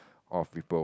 all of people